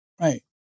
right